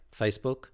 Facebook